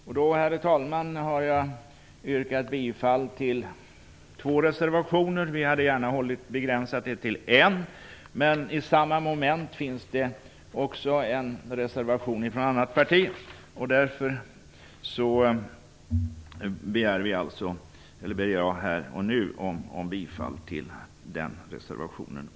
Därmed, herr talman, har jag yrkat bifall till två reservationer. Vi hade gärna begränsat oss till att yrka bifall till en reservation, men under samma moment finns det en reservation från ett annat parti. Därför yrkar jag här och nu bifall också till den reservationen.